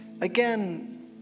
again